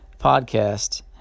podcast